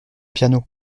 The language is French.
piano